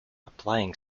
applying